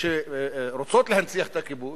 שרוצות להנציח את הכיבוש,